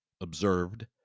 observed